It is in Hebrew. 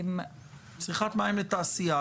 צריכת מים לתעשייה,